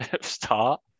start